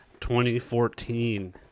2014